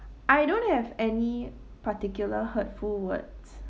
I don't have any particular hurtful words